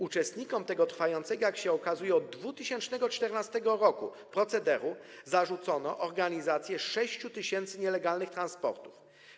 Uczestnikom tego trwającego, jak się okazuje, od 2014 r. procederu zarzucono organizację 6 tys. nielegalnych transportów.